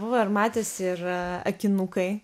buvo ir matėsi ir akinukai